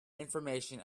information